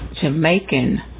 Jamaican